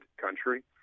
country